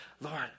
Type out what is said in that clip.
Lord